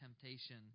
temptation